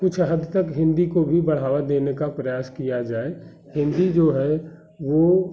कुछ हद तक हिन्दी को भी बढ़ावा देने का प्रयास किया जाए हिन्दी जो है वो